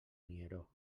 nieró